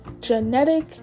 genetic